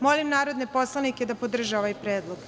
Molim narodne poslanike da podrže ovaj predlog.